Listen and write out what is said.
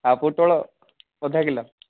ଆଉ ପୋଟଳ ଅଧ କିଲୋ